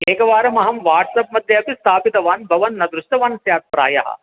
एकवारम् अहं वाट्सप् मध्ये अपि स्थापितवान् भवान् न दृष्टवान् स्यात् प्रायः